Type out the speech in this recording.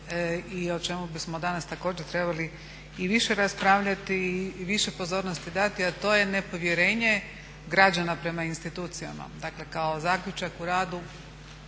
i o čemu bismo danas također trebali i više raspravljati i više pozornosti dati, a to je nepovjerenje građana prema institucijama. Dakle, kao zaključak u radu